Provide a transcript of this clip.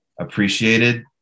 appreciated